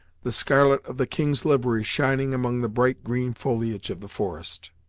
the scarlet of the king's livery shining among the bright green foliage of the forest.